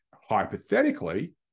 Hypothetically